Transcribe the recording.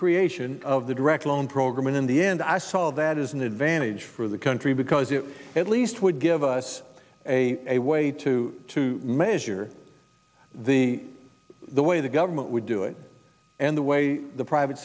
creation of the direct loan program and in the end i saw that as an advantage for the country because it at least would give us a way to to measure the the way the government would do it and the way the private